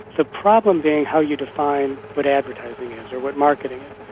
the problem being how you define what advertising is or what marketing and